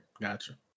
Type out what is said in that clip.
Gotcha